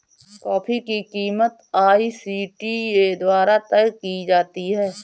coffee की कीमत ICTA द्वारा तय की जाती है